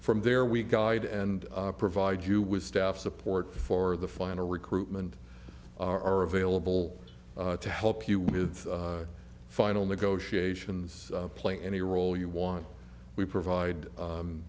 from there we guide and provide you with staff support for the final recruitment are available to help you with the final negotiations play any role you want we provide